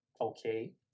Okay